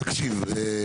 תקשיב.